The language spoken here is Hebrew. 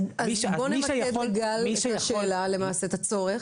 אז בוא נמקד לגל את השאלה או למעשה את הצורך.